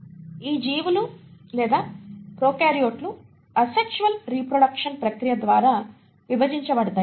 ఈ జీవులు లేదా ప్రొకార్యోట్లు అసెక్షువల్ రీప్రొడెక్షన్ ప్రక్రియ ద్వారా విభజించబడతాయి